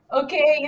okay